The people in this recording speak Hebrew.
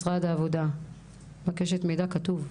משרד העבודה - מבקשת מידע כתוב.